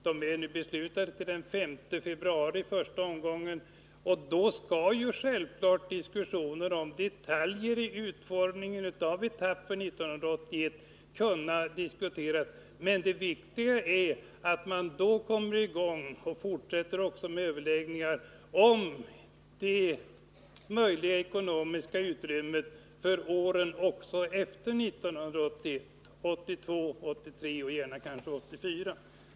De är beslutade till den 5 februari i första omgången. Då skall självfallet diskussioner om detaljer och utformningen av etapp 1981 kunna diskuteras, men det viktiga är att man då kommer i gång och sedan fortsätter med överläggningar om det möjliga ekonomiska utrymmet för åren 1982, 1983 och gärna 1984.